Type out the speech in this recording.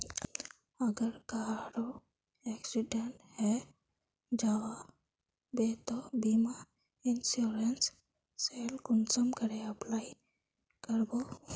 अगर कहारो एक्सीडेंट है जाहा बे तो बीमा इंश्योरेंस सेल कुंसम करे अप्लाई कर बो?